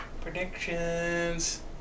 Predictions